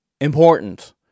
important